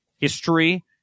history